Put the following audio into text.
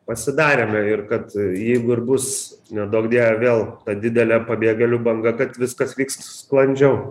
pasidarėme ir kad jeigu ir bus neduok dieve vėl ta didelė pabėgėlių banga kad viskas vyks sklandžiau